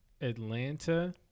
Atlanta